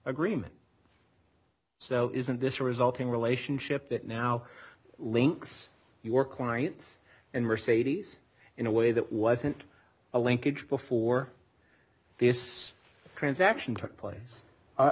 agreement so isn't this a resulting relationship that now links your clients and mercedes in a way that wasn't a linkage before this transaction took place i